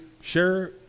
share